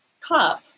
cup